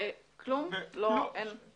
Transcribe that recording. גם כל ועדות המכרזים הולאמו לטובת התחום של הקורונה.